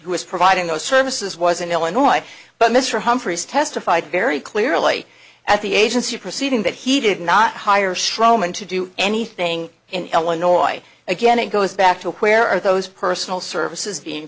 who is providing those services was in illinois but mr humphries testified very clearly at the agency proceeding that he did not hire stroman to do anything in l a noire again it goes back to where are those personal services being